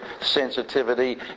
sensitivity